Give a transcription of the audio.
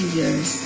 years